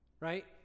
right